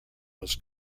was